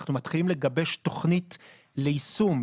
אנחנו מתחילים לגבש תוכנית ליישום,